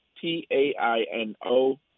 T-A-I-N-O